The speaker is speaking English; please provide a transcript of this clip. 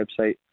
website